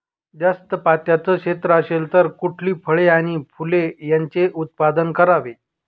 जास्त पात्याचं क्षेत्र असेल तर कुठली फळे आणि फूले यांचे उत्पादन करावे?